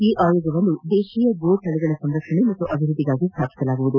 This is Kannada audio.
ಈ ಆಯೋಗವನ್ನು ದೇಶೀಯ ತಳಿಗಳ ಸಂರಕ್ಷಣೆ ಮತ್ತು ಅಭಿವೃದ್ದಿಗಾಗಿ ಸ್ಥಾಪಿಸಲಾಗುತ್ತದೆ